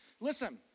Listen